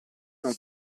non